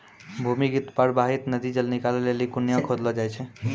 भूमीगत परबाहित नदी जल निकालै लेलि कुण्यां खोदलो जाय छै